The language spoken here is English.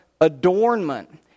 adornment